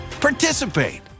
participate